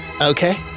Okay